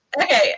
Okay